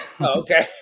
Okay